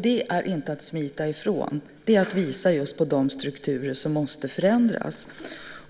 Det är inte att smita ifrån. Det är att visa på just de strukturer som måste förändras.